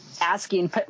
asking